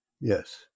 Yes